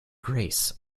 grace